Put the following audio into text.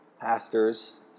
pastors